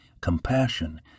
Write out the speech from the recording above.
compassion